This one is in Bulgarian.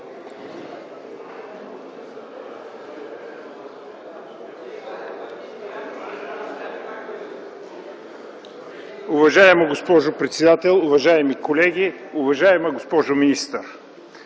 Уважаема госпожо председател, уважаеми колеги, уважаема госпожо министър!